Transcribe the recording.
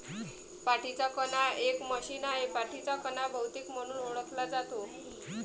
पाठीचा कणा एक मशीन आहे, पाठीचा कणा बहुतेक म्हणून ओळखला जातो